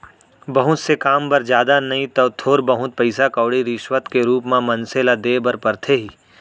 बहुत से काम बर जादा नइ तव थोर बहुत पइसा कउड़ी रिस्वत के रुप म मनसे ल देय बर परथे ही